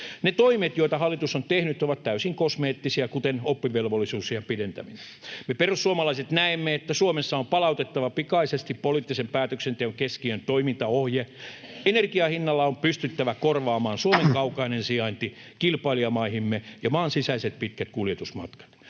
Ne toimet, joita hallitus on tehnyt, ovat täysin kosmeettisia, kuten oppivelvollisuusiän pidentäminen. Me perussuomalaiset näemme, että Suomessa on palautettava pikaisesti poliittisen päätöksenteon keskiöön toimintaohje: ”Energianhinnalla on pystyttävä korvaamaan Suomen kaukainen sijainti kilpailijamaihimme ja maan sisäiset pitkät kuljetusmatkat.”